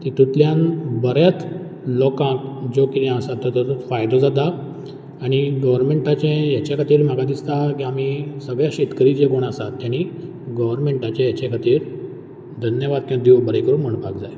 हितुंतल्यान बऱ्याच लोकांक ज्या कितें आसा ते तेचो फायदो जाता आनी गॉवरमँटाचें हेचे खातीर म्हाका दिसता की आमी सगळे शेतकरी जे कोण आसात तेणी गॉवरमँटाचे हेचे खातीर धन्यवाद किंवां देव बरें करूं म्हणपाक जाय